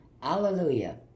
Hallelujah